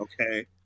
Okay